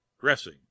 dressing